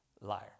Liar